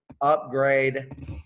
upgrade